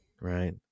right